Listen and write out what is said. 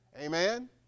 Amen